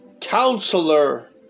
Counselor